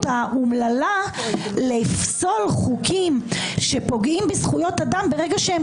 האומללה לפסול חוקים שפוגעים בזכויות אדם ברגע שהן